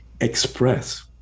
express